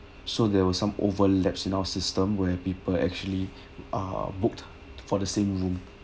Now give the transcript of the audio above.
so there was some overlaps in our system where people actually ah booked for the same room